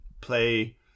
play